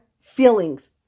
feelings